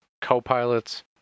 co-pilots